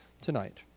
tonight